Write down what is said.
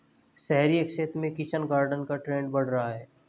शहरी क्षेत्र में किचन गार्डन का ट्रेंड बढ़ रहा है